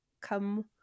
come